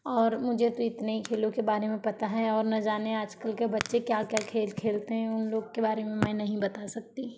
और मुझे तो इतने ही खेलों के बारे में पता है और ना जाने आजकल के बच्चे क्या क्या खेल खेलते हैं उन लोग के बारे में मैं नहीं बता सकती